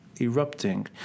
erupting